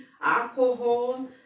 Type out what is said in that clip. alcohol